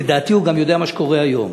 לדעתי הוא יודע גם מה שקורה היום,